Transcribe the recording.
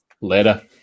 later